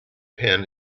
pen